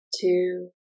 two